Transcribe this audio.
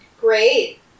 Great